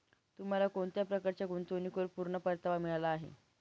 तुम्हाला कोणत्या प्रकारच्या गुंतवणुकीवर पूर्ण परतावा मिळाला आहे